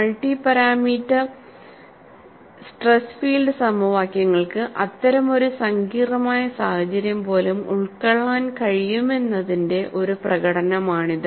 multi parameter stress field സമവാക്യങ്ങൾക്ക് അത്തരമൊരു സങ്കീർണ്ണമായ സാഹചര്യം പോലും ഉൾക്കൊള്ളാൻ കഴിയുമെന്നതിന്റെ ഒരു പ്രകടനമാണിത്